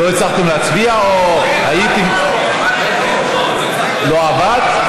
לא הצלחתם להצביע או הייתם, עמדנו פה, לא עבד?